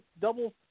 double